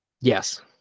Yes